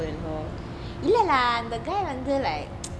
இல்ல:illa lah the guy வந்து:vanthu like